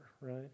Right